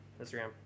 Instagram